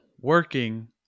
working